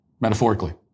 Metaphorically